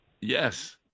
Yes